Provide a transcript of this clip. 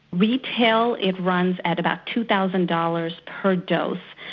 we tell it runs at about two thousand dollars per dose.